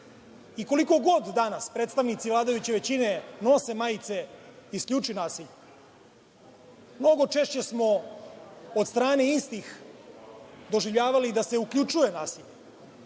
Koliko god danas predstavnici vladajuće većine nose majice – isključi nasilje, mnogo češće smo od strane istih doživljavali da se uključuje nasilje